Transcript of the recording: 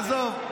עזוב.